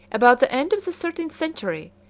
about the end of the thirteenth century,